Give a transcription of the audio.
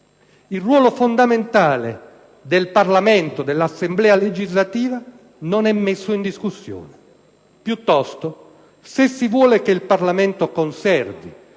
il ruolo fondamentale del Parlamento, dell'Assemblea legislativa, non è messo in discussione. Piuttosto, se si vuole che il Parlamento conservi